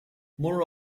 more